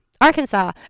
Arkansas